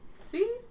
See